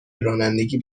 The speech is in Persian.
رانندگی